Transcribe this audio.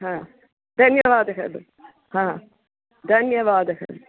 धन्यवादः धन्यवादः